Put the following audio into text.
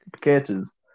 catches